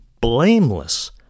blameless